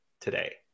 today